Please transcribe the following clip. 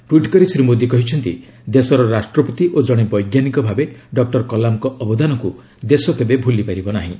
tweet କରି ଶ୍ରୀ ମୋଦୀ କହିଛନ୍ତି ଦେଶର ରାଷ୍ଟ୍ରପତି ଓ ଜଣେ ବୈଜ୍ଞାନିକଭାବେ ଡକୁର କଲାମଙ୍କ ଅବଦାନକୁ ଦେଶ କେବେ ଭୁଲିପାରିବ ନାହିଁ